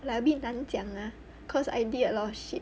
like a bit 难讲 ah cause I did a lot of shit